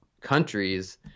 countries